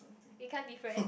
we can't be friends